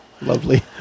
Lovely